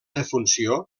defunció